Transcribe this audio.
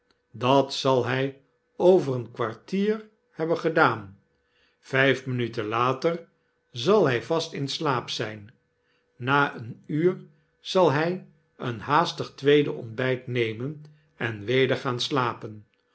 dat zal hy over een kwartier hebben gedaan vyf minuten later zal hy vast in slaap zyn na een uur zal hy een haastig tweede ontbyt nemen en weder gaan slapen